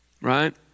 right